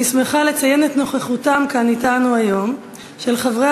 אני שמחה לציין את נוכחותם כאן אתנו היום של חברי